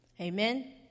Amen